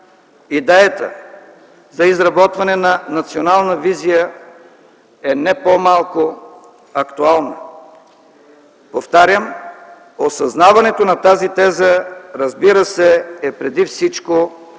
идеята за изработване на национална визия е не по-малко актуална. Повтарям, осъзнаването на тази теза, разбира се, е преди всичко в полето